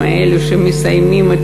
אלה שמסיימים את